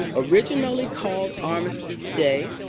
originally called armistice day,